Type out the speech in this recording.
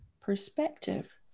perspective